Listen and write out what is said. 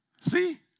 See